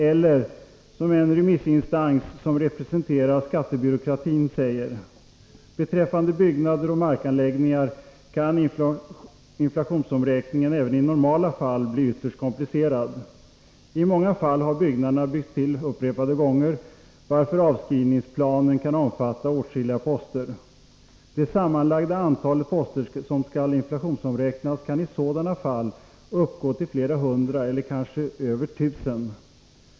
Eller som en remissinstans som representerar skattebyråkratin säger: ”Beträffande byggnader och markanläggningar kan inflationsomräkningen — även i normala fall — bli ytterst komplicerad. I många fall har byggnaderna byggts till upprepade gånger, varför avskrivningsplanen kan omfatta åtskilliga poster. Det sammanlagda antalet poster som skall inflationsomräknas kan i sådana fall uppgå till flera hundra eller kanske över tusen.